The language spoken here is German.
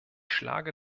schlage